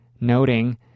noting